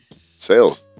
Sales